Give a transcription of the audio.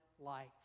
life